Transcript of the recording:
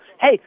hey